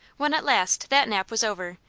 when at last that nap was over,